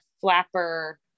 flapper